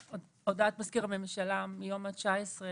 אנחנו בתאריך 22 במרץ 2023, כ"ט באדר תשפ"ג.